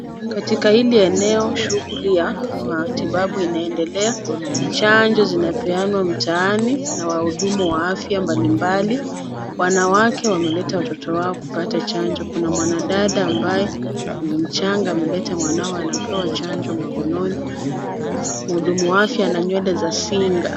Katika hili eneo shughuli ya matibabu inaendelea. Chanjo zinapeanwa mtaani na wahudumu wa afya mbalimbali. Wanawake wameleta watoto wao kupata chanjo. Kuna mwanadada ambaye ni mchanga ameleta mwanawe kupewa chanjo mkononi. Mhudumu wa afya ana nywele za singa.